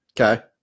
Okay